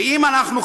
ואם אנחנו,